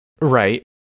Right